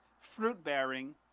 fruit-bearing